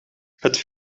het